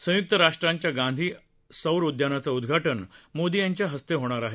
संयुक्त राष्ट्रांच्या गांधी सौर उद्यानाचं उद्धाटन मोदी यांच्या हस्ते होणार आहे